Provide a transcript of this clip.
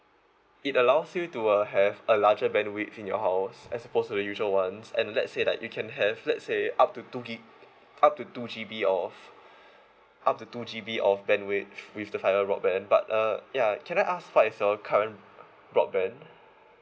it allows you to uh have a larger bandwidth in your house as opposed to the usual ones and let's say like you can have let's say up to two gig up to two G_B of up to two G_B of bandwidth with the fibre broadband but uh ya can I ask what is your current broadband